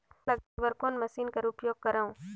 रोपा लगाय बर कोन मशीन कर उपयोग करव?